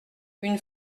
une